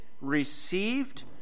received